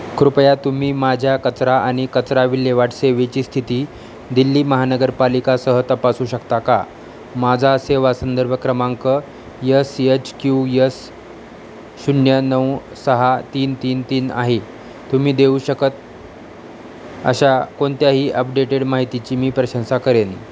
कृपया तुम्ही माझ्या कचरा आणि कचरा विल्हेवाट सेवेची स्थिती दिल्ली महानगरपालिकेसह तपासू शकता का माझा सेवा संदर्भ क्रमांक यस यच क्यू यस शून्य नऊ सहा तीन तीन तीन आहे तुम्ही देऊ शकत अशा कोणत्याही अपडेटेड माहितीची मी प्रशंसा करेन